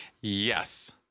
Yes